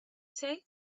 say